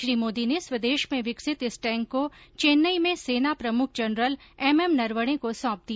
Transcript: श्री मोदी ने स्वदेश में विकसित इस टैंक को चेन्नई में र्सना प्रमुख जनरल एम एम नरवणे को सौंप दिया